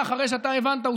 זה היה אחרי שאתה הבנת,